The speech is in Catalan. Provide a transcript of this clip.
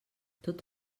tot